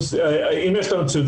אם יש לנו ציוד,